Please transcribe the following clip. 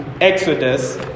Exodus